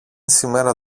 σήμερα